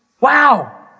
Wow